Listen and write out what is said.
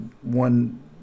one